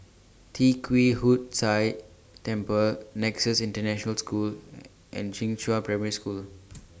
Tee Kwee Hood Sia Temple Nexus International School and Primary School